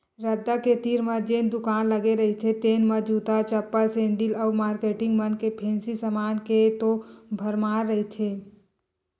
रद्दा के तीर म जेन दुकान लगे रहिथे तेन म जूता, चप्पल, सेंडिल अउ मारकेटिंग मन के फेंसी समान के तो भरमार रहिथे